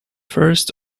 first